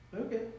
okay